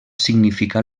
significà